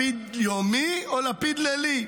לפיד יומי או לפיד לילי?